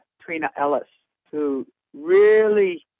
trina ellis, who really